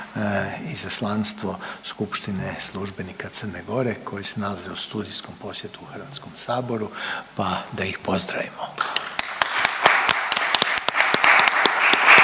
Izaslanstvo skupštine službenika Crne Gore koji se nalaze u studijskom posjetu HS, pa da ih pozdravimo…/Pljesak/….